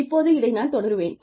இப்போது இதை நான் தொடருவேன்